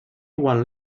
one